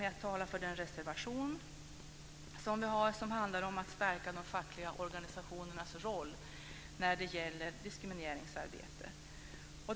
Jag ska ta upp vår reservation som handlar om att stärka de fackliga organisationernas roll när det gäller diskrimineringsarbete.